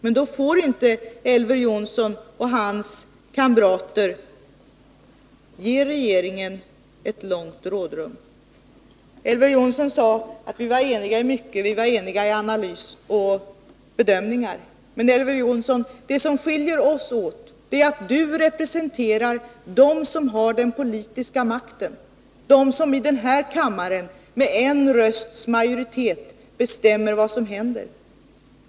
Men då får inte Elver Jonsson och hans kamrater ge regeringen ett långt rådrum. Elver Jonsson sade att vi var eniga i mycket, att vi var eniga i analys och bedömningar. Men, Elver Jonsson, det som skiljer oss åt är att du representerar dem som har den politiska makten, den majoritet här i kammaren som med en rösts övervikt bestämmer vad som händer.